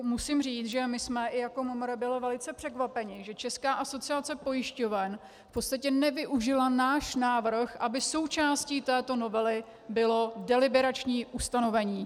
Musím říct, že my jsme jako MMR byli velice překvapeni, že Česká asociace pojišťoven v podstatě nevyužila náš návrh, aby součástí této novely bylo deliberační ustanovení.